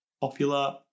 popular